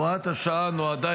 הוראת השעה נועדה,